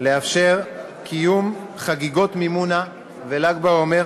לאפשר קיום חגיגות מימונה ול"ג בעומר